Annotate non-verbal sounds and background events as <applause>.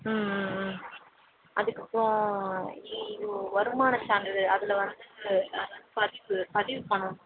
ம் ம் ம் அதுக்கப்புறம் இ <unintelligible> வருமானச்சான்றிதழ் அதில் வந்து பதிவு பதிவு பண்ணணும்